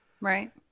Right